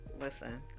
listen